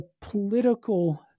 political